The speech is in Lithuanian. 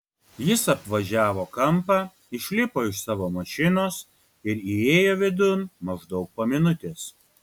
jis apvažiavo kampą išlipo iš savo mašinos ir įėjo vidun maždaug po minutės